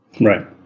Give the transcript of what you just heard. Right